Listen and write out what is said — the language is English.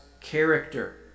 character